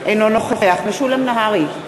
אינו נוכח משולם נהרי,